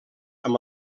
amb